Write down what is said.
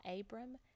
Abram